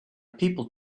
people